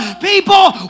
people